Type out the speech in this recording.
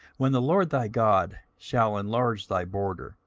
when the lord thy god shall enlarge thy border,